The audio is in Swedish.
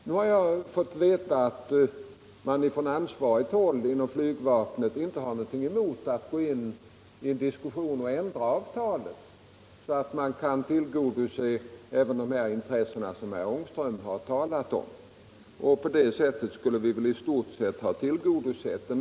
Nu har jag fått veta att man på ansvarigt håll inom flygvapnet inte har, någonting emot att ta upp en diskussion för att ändra avtalet för att tillgodose även de intressen som herr Ångström här talat för. På det sättet skulle man väl i stort sett kunna beakta dessa önskemål.